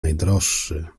najdroższy